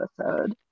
episode